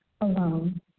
alone